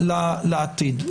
לעתיד.